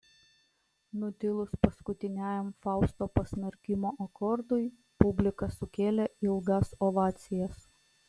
nutilus paskutiniajam fausto pasmerkimo akordui publika sukėlė ilgas ovacijas